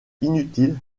inutile